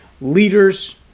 Leaders